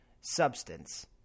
substance